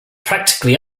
practically